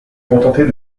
contentait